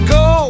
go